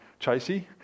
chasey